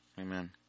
Amen